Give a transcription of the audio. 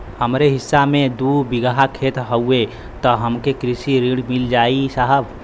हमरे हिस्सा मे दू बिगहा खेत हउए त हमके कृषि ऋण मिल जाई साहब?